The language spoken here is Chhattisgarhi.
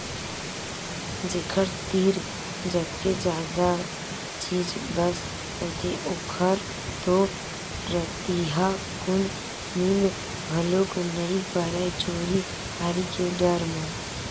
जेखर तीर जतके जादा चीज बस होथे ओखर तो रतिहाकुन नींद घलोक नइ परय चोरी हारी के डर म